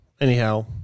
Anyhow